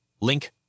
Link